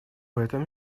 этом